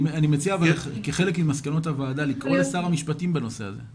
אני מציע כחלק ממסקנות הוועדה לקרוא לשר המשפטים בנושא הזה.